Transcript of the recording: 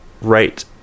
right